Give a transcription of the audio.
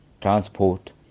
transport